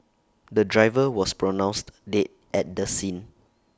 the driver was pronounced dead at the scene